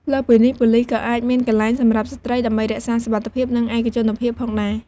លើសពីនេះ ប៉ូលិសក៏អាចមាន កន្លែងសម្រាប់ស្ត្រីដើម្បីរក្សាសុវត្ថិភាព និងឯកជនភាពផងដែរ។